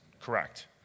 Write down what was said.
correct